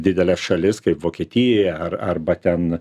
dideles šalis kaip vokietija ar arba ten